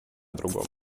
другом